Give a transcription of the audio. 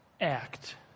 Act